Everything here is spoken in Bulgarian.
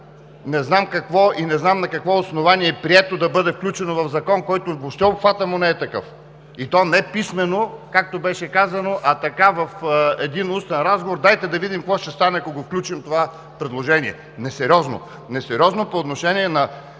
не знам на какво основание прието да бъде включено в закон, на който обхватът му не е такъв, и то не писмено предложение, както беше казано, а така, в устен разговор: „Дайте да видим какво ще стане, ако включим това предложение“. Несериозно, несериозно по отношение на